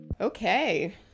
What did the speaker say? okay